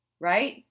Right